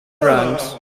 grunt